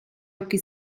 occhi